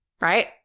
right